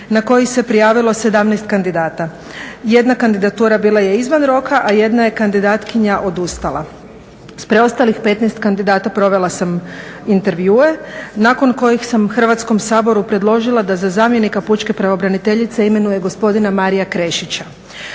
na koji se prijavilo 17 kandidata. Jedna kandidatura bila je izvan roka, a jedna je kandidatkinja odustala. S preostalih 15 kandidata provela sam intervjue nakon kojih sam Hrvatskom saboru predložila da za zamjenika pučke pravobraniteljice imenuje gospodina Maria Krešića.